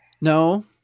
no